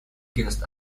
against